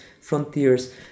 frontiers